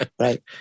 Right